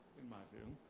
in my opinion.